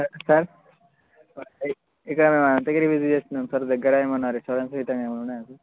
sir ఇక్కడ మేము Ananthagiri visit చేస్తున్నాము మీ దగ్గర ఏమైనా రెస్టారెంట్స్ గిట్లా ఏమైనా ఉన్నాయా సార్